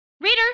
reader